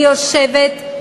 היא יושבת,